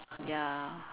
ya